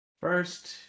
First